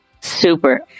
Super